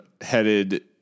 headed